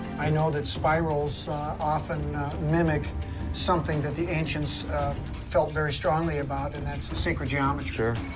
i know that spirals often mimic something that the ancients felt very strongly about, and that's sacred geometry. sure.